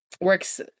works